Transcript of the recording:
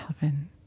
heaven